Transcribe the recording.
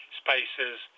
spaces